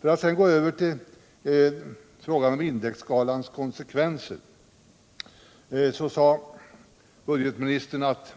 För att sedan gå över till frågan om indexskalans konsekvenser så sade budgetministern att